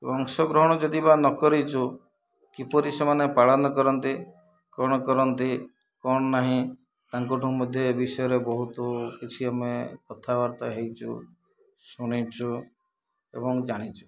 ଅଂଶଗ୍ରହଣ ଯଦି ବା ନ କରିଛୁ କିପରି ସେମାନେ ପାଳନ କରନ୍ତେ କ'ଣ କରନ୍ତି କ'ଣ ନାହିଁ ତାଙ୍କଠୁ ମଧ୍ୟ ଏ ବିଷୟରେ ବହୁତ କିଛି ଆମେ କଥାବାର୍ତ୍ତା ହେଇଛୁ ଶୁଣିଛୁ ଏବଂ ଜାଣିଛୁ